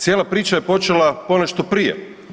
Cijela priča je počela ponešto prije.